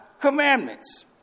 commandments